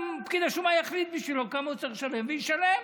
פקיד השומה יחליט בשבילו כמה הוא צריך לשלם והוא ישלם.